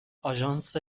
آژانس